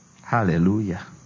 hallelujah